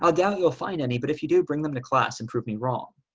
um down, you'll find any. but if you do bring them to class and prove me wrong,